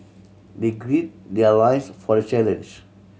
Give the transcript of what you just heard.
they gird their loins for the challenge